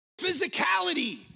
physicality